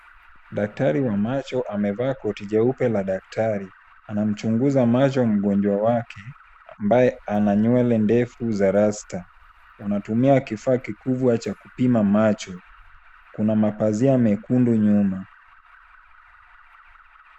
Daktari wa macho amevaa koti jeupe la daktari. Anamchunguza macho mgonjwa wake, ambaye ana nywele ndefu za rasta . Wanatumia kifaa kikubwa cha kupima macho. Kuna mapazia mekundu nyuma.